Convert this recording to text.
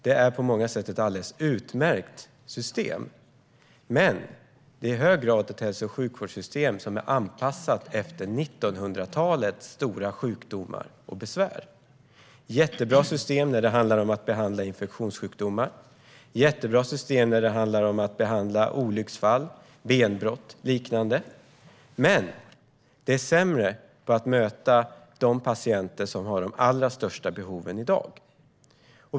Det är på många sätt ett alldeles utmärkt system, men systemet är i hög grad anpassat efter 1900-talets stora sjukdomar och besvär. Det är ett jättebra system när det handlar om att behandla infektionssjukdomar, olycksfall, benbrott och liknande men det är sämre på att möta de patienter som har de allra största behoven i dag.